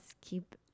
keep